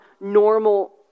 normal